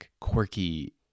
quirky